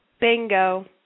Bingo